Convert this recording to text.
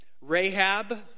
Rahab